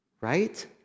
right